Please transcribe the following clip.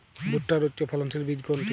ভূট্টার উচ্চফলনশীল বীজ কোনটি?